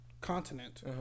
continent